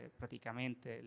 praticamente